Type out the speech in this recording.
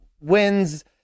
wins